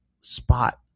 spot